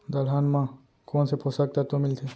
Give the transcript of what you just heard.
दलहन म कोन से पोसक तत्व मिलथे?